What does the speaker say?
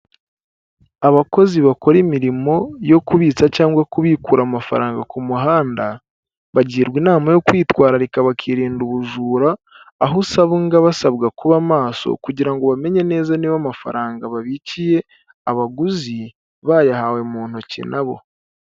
Abakozi bakora imirimo yo kubitsa cyangwa kubikura amafaranga ku muhanda, bagirwa inama yo kwitwararika, bakirinda ubujura, aho usanga basabwa kuba maso, kugira ngo bamenye neza niba amafaranga babikiye abaguzi bayahawe mu ntoki na bo.